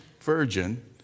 virgin